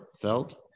Felt